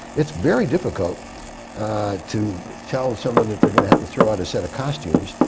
it's very difficult to tell someone that they're going to have to throw out a set of costumes,